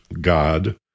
God